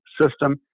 System